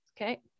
Okay